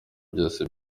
byose